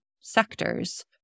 sectors